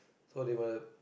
so they will